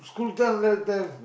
school tell that the